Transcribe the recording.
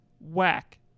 whack